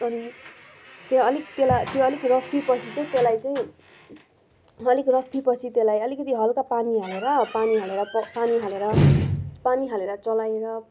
अनि त्यहाँ अलिक त्यसलाई त्यो अलिक राफिए पछि चाहिँ त्यसलाई चाहिँ अलिक राफिए पछि त्यसलाई अलिकिति हल्का पानी हालेर पानी हालेर पक पानी हालेर पानी हालेर चलाएर